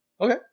Okay